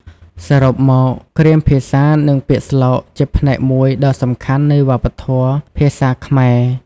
សរុបមក គ្រាមភាសានិងពាក្យស្លោកជាផ្នែកមួយដ៏សំខាន់នៃវប្បធម៌ភាសាខ្មែរ។